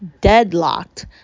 Deadlocked